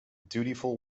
dutiful